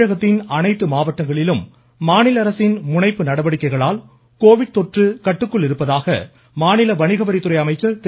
தமிழகத்தின் அனைத்து மாவட்டங்களிலும் மாநில அரசின் முனைப்பு நடவடிக்கைகளால் தொற்று கட்டுக்குள் இருப்பதாக மாநில கோவிட் வணிகவரித்துறை அமைச்சர் திரு